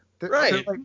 Right